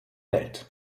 welt